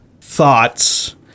thoughts